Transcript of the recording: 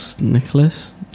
Nicholas